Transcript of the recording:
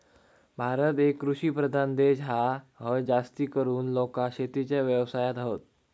भारत एक कृषि प्रधान देश हा, हय जास्तीकरून लोका शेतीच्या व्यवसायात हत